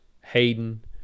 Hayden